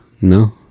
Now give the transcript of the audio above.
No